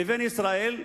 לבין ישראל,